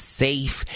safe